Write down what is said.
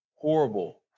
horrible